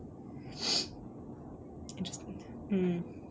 interesting mm